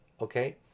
Okay